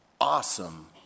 awesome